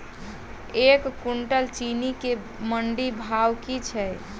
एक कुनटल चीनी केँ मंडी भाउ की छै?